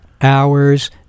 hours